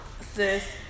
Sis